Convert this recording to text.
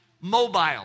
mobile